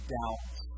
doubts